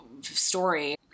story